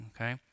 okay